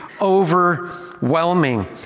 overwhelming